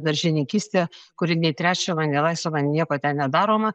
daržininkystė kūri nei trešiama nei laistoma nieko ten nedaroma